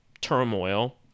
turmoil